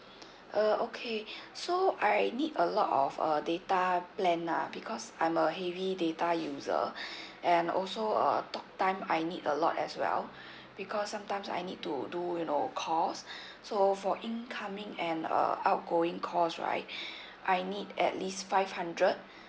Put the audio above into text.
uh okay so I need a lot of uh data plan lah because I'm a heavy data user and also uh talk time I need a lot as well because sometimes I need to do you know calls so for incoming and uh outgoing calls right I need at least five hundred